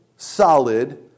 solid